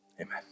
amen